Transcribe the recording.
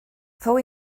fou